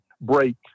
break